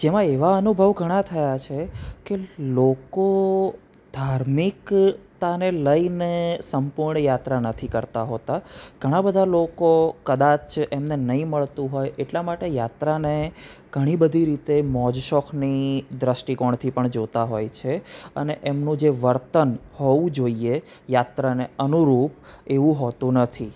જેમાં એવા અનુભવ ઘણા થયા છે કે લોકો ધાર્મિકતાને લઈને સંપૂર્ણ યાત્રા નથી કરતાં હોતા ઘણા બધા લોકો કદાચ એમને નહીં મળતું હોય એટલા માટે યાત્રાને ઘણી બધી રીતે મોજ શોખની દૃષ્ટીકોણથી પણ જોતા હોય છે અને એમનું જે વર્તન હોવું જોઈએ યાત્રાને અનુરૂપ એવું હોતું નથી